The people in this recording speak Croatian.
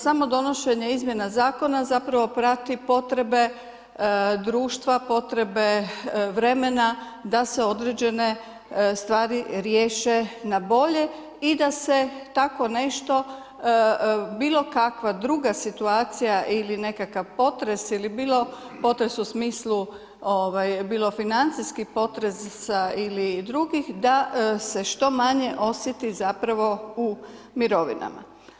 Samo donošenje izmjene zakona, zapravo prati potrebe društva, potrebe vremena, da se određene stvari riješe na bolje i da se tako nešto, bilo kakva druga situacija ili nekakav potres ili bilo potres u smislu bilo financijski potres ili drugih, da se što manje osjeti u mirovinama.